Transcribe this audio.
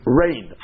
rain